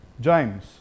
James